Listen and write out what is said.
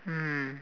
mm